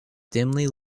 dimly